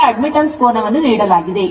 ಈಗ admittance ಕೋನವನ್ನು ನೀಡಲಾಗಿದೆ